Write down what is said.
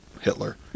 Hitler